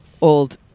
old